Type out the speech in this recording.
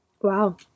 Wow